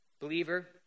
Believer